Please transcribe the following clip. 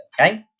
okay